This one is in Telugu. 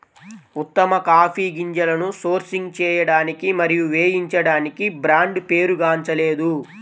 ఉత్తమ కాఫీ గింజలను సోర్సింగ్ చేయడానికి మరియు వేయించడానికి బ్రాండ్ పేరుగాంచలేదు